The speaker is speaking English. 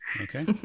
Okay